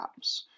apps